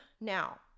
Now